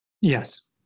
Yes